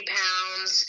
pounds